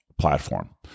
platform